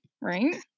right